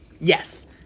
yes